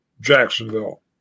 Jacksonville